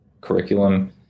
curriculum